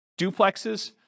duplexes